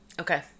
Okay